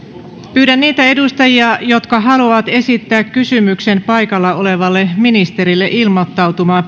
pyydän niitä edustajia jotka haluavat esittää kysymyksen paikalla olevalle ministerille ilmoittautumaan